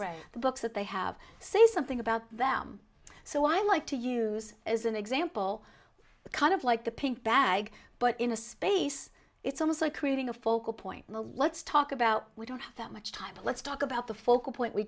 read the books that they have say something about them so i like to use as an example the kind of like the pink bag but in a space it's almost like creating a focal point let's talk about we don't have that much time but let's talk about the focal point we